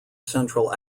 central